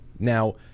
Now